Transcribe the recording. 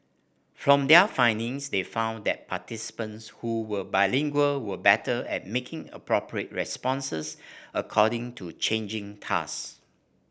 from their findings they found that participants who were bilingual were better at making appropriate responses according to changing task